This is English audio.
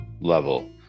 level